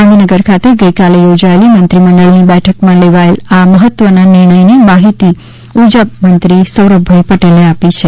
ગાંધીનગર ખાતે ગઈકાલે યોજાયેલી મંત્રીમંડળની બેઠકમાં લેવાયેલ આ મહત્વના નિર્ણય ની માહિતી ઉર્જા મંત્રી સૌરભભાઈ પટેલે આપી છે